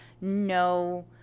no